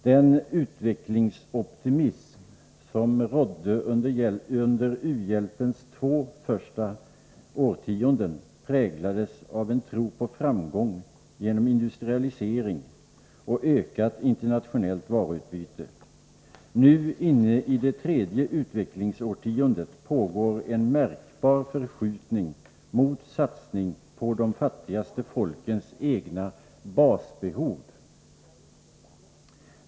Den utvecklingsoptimism som rådde under u-hjälpens två första årtionden präglades av en tro på framgång genom industrialisering och ökat internationellt varuutbyte. Nu, inne i det tredje utvecklingsårtiondet, pågår en märkbar förskjutning mot en satsning på de fattigaste folkens egna basbehov.